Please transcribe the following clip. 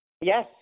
Yes